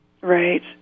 Right